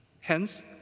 Hence